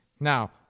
Now